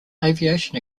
aviation